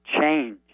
change